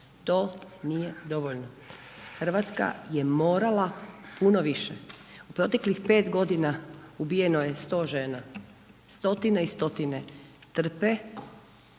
to nije dovoljno, RH je morala puno više. U proteklih 5.g. ubijeno je 100 žena, stotine i stotine trpe